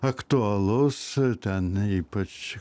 aktualus ten ypač